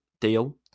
deal